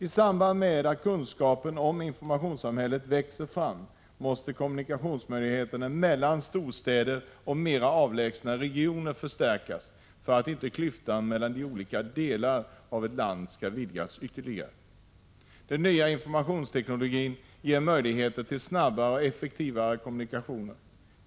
I samband med att kunskapen om informationssamhället växer fram måste kommunikationsmöjligheterna mellan storstäder och mera avlägsna regioner förstärkas för att inte klyftan mellan olika delar av ett land skall vidgas ytterligare. Den nya informationsteknologin ger möjligheter till snabbare och effektivare kommunikation.